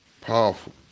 powerful